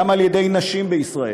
גם על ידי נשים בישראל,